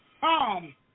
come